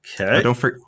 Okay